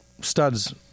Studs